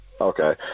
okay